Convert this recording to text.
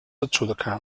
throughout